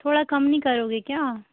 थोड़ा कम नहीं करोगे क्या